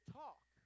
talk